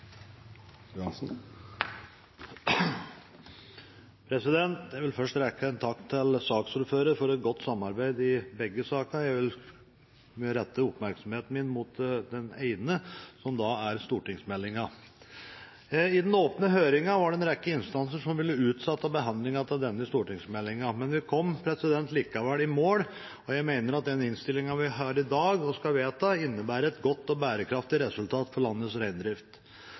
for et godt samarbeid i begge sakene. Jeg vil rette oppmerksomheten min mot den ene saken, som er om stortingsmeldingen. I den åpne høringen var det en rekke instanser som ville utsette behandlingen av denne stortingsmeldingen. Vi kom likevel i mål. Jeg mener at den innstillingen vi skal vedta i dag, innebærer et godt og bærekraftig resultat for landets reindrift.